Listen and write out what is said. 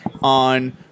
on